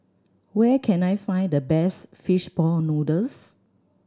where can I find the best fish ball noodles